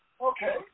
Okay